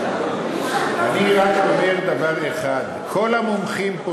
אני רק אומר דבר אחד: כל המומחים פה,